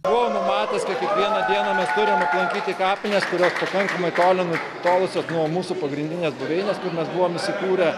buvau numatęs kad kiekvieną dieną mes turim aplankyti kapines kurios pakankamai toli nutolusios nuo mūsų pagrindinės buveinės kur mes buvom įsikūrę